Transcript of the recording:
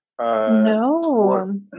no